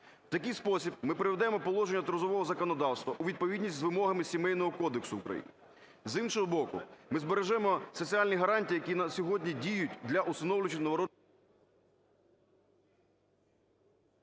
В такий спосіб ми приведемо положення трудового законодавства у відповідність з вимогами Сімейного кодексу України. З іншого боку, ми збережемо соціальні гарантії, які на сьогодні діють для усиновлювачів…